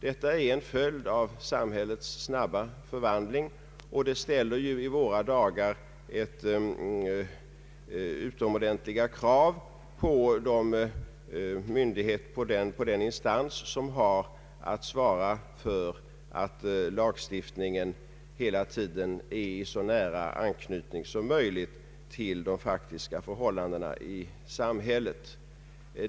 Detta är en följd av samhällets snabba förvandling och ställer i våra dagar utomordentliga krav på den instans som har att svara för att lagstiftningen hela tiden så nära som möjligt anknyter till de faktiska förhållandena i samhället.